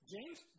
James